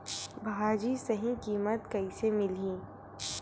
भाजी सही कीमत कइसे मिलही?